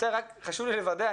חשוב לי לוודא.